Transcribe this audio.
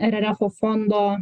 rrfo fondo